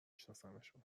شناسمشون